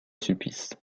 sulpice